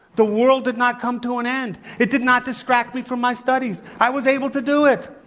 the world did not come to an end. it did not distract me from my studies. i was able to do it.